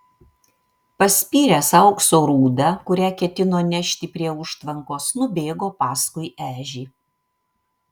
paspyręs aukso rūdą kurią ketino nešti prie užtvankos nubėgo paskui ežį